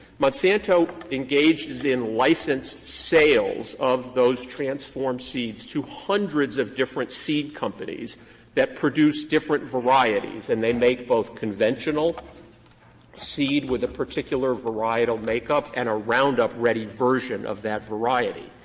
monsanto engages in licensed sales of those transformed seeds to hundreds of different seed companies that produce different varieties, and they make both conventional seed with a particular varietal makeup and a roundup ready version of that variety.